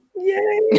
Yay